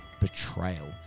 betrayal